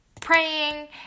praying